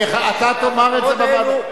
אתה תאמר את זה בוועדה.